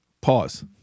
pause